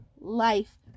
life